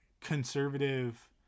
conservative